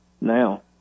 now